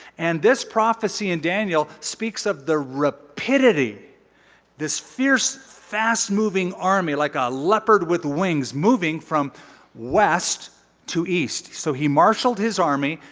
and this prophecy in daniel speaks of the rapidity this fierce, fast moving army like a leopard with wings moving from west to east. so he marshaled his army,